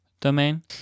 domain